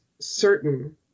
certain